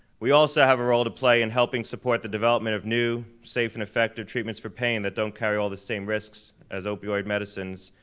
we also have a role to play in helping support the development of new, safe, and effective treatments for pain that don't carry all the same risks as opioid medicines.